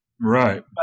right